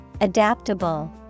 Adaptable